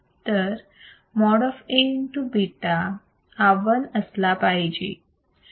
तर mode of Aβ हा 1 असला पाहिजे